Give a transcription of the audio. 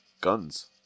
guns